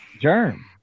Germ